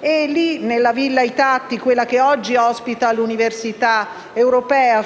e lì, nella villa «I Tatti», che oggi ospita l'Università europea,